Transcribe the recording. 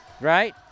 Right